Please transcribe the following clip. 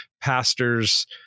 pastors